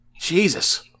Jesus